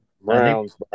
Browns